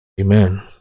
amen